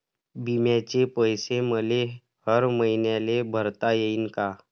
बिम्याचे पैसे मले हर मईन्याले भरता येईन का?